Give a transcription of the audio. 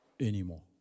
anymore